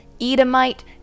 Edomite